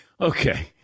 Okay